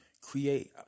create